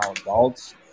adults